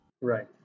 Right